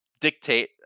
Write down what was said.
dictate